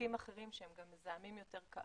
מדלקים אחרים, שהם גם מזהמים יותר כאמור,